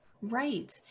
right